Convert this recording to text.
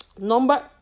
Number